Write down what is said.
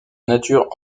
nature